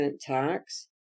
tax